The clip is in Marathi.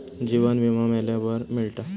जीवन विमा मेल्यावर मिळता